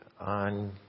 on